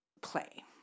play